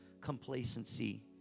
complacency